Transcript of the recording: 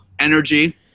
Energy